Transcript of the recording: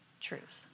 truth